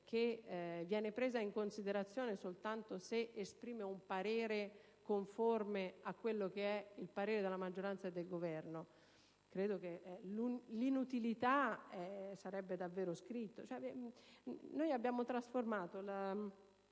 che viene presa in considerazione solo se esprime un parere conforme a quello della maggioranza e del Governo? Credo che la sua inutilità sarebbe davvero scritta. Abbiamo trasformato